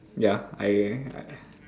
ya I